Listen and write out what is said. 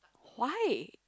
why